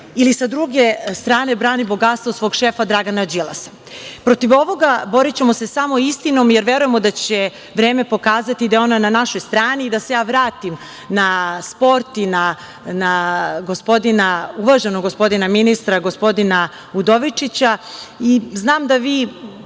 ili sa druge strane brani bogatstvo svog šefa Dragana Đilasa? Protiv ovoga borićemo se samo istinom, jer verujemo da će vreme pokazati da je ona na našoj strani i da se vratim na sport i na uvaženog gospodina ministra, gospodina Udovičića. Znam